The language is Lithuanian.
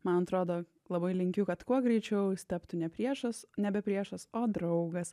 man atrodo labai linkiu kad kuo greičiau jis taptų ne priešas nebe priešas o draugas